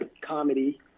comedy